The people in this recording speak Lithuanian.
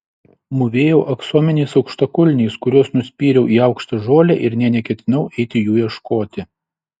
mūvėjau aksominiais aukštakulniais kuriuos nuspyriau į aukštą žolę ir nė neketinau eiti jų ieškoti